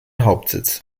hauptsitz